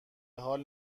حال